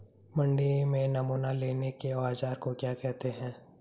मंडी में नमूना लेने के औज़ार को क्या कहते हैं?